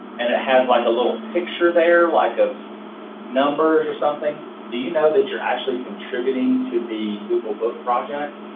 and it has like a little picture there like of numbers or something. do you know that you're actually contributing to the google book project?